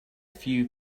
few